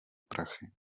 prachy